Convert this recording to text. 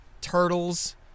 turtles